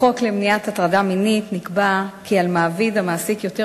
בחוק למניעת הטרדה מינית נקבע כי על מעביד המעסיק יותר